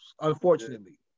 unfortunately